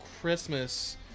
Christmas